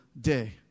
day